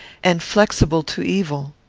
and flexible to evil.